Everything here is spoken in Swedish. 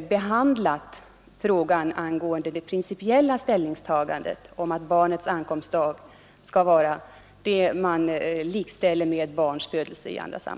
behandlat den principiella frågan att barnets ankomstdag till familjen skall likställas med barnets födelse.